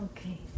Okay